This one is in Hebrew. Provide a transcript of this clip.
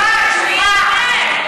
מסורבת גט,